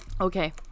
Okay